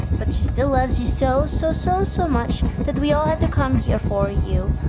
but she still loves you so, so so, so much that we all had to come here for you.